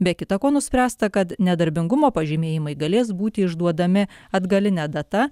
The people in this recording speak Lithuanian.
be kita ko nuspręsta kad nedarbingumo pažymėjimai galės būti išduodami atgaline data